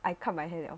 I cut my hair liao